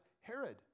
Herod